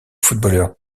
footballeur